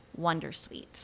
Wondersuite